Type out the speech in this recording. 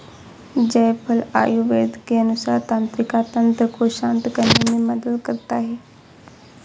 जायफल आयुर्वेद के अनुसार तंत्रिका तंत्र को शांत करने में मदद करता है